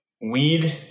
weed